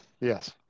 Yes